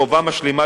וחובה משלימה,